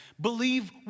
believe